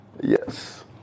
Yes